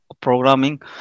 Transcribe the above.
programming